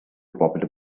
popular